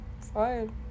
Fine